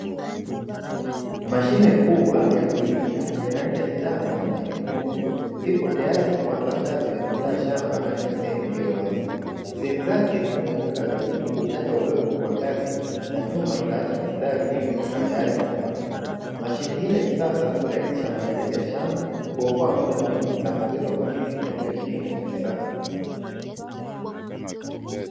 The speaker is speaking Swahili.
Mashine kubwa yakulimia yenye rangi ya njano na nyekundu ipo tayari kuanza kazi ya kuandaa shamba katika sehemu iliyo wazi, sehemu zake zinazo zunguka zini hukata udongo kwa kasi na nyuma itaacha mistari iliyo nyooka tayari kwa kupandwa, mashine hii ya kisasa hurahisha maandalizi ya shamba huokoa muda mwingi na kuongeza ufanisi katika kilimo cha kisasa.